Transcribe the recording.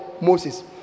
Moses